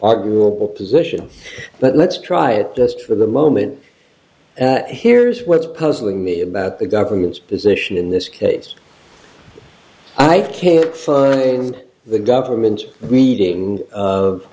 arguable position but let's try it just for the moment here's what's puzzling me about the government's position in this case i can't fund the government reading of